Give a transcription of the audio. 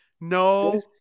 No